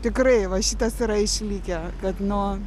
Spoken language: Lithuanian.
tikrai va šitas yra išlikę kad nuo